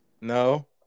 no